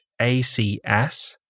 ACS